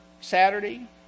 Saturday